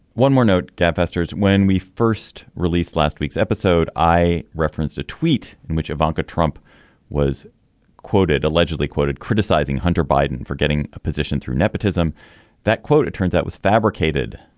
one more note gaffe festers. when we first released last week's episode i referenced a tweet in which a banker. trump was quoted allegedly quoted criticizing hunter biden for getting a position through nepotism that quote it turns out was fabricated.